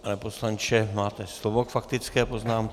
Pane poslanče, máte slovo k faktické poznámce.